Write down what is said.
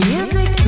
Music